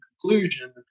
conclusion